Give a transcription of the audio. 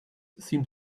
seem